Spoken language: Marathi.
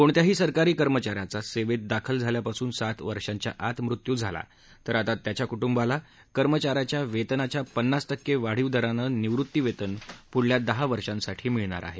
कोणत्याही सरकारी कर्मचाऱ्याचा सेवेत दाखल झाल्यापासून सात वर्षाच्या आत मृत्यू झाला तर आता त्याच्या कुटुंबाला कर्मचाऱ्याच्या वेतनाच्या पन्नास टक्के वाढीव दरानं निवृत्तीवेतन पुढल्या दहा वर्षांसाठी मिळणार आहे